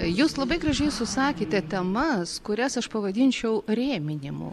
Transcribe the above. jūs labai gražiai susakėte temas kurias aš pavadinčiau rėminimu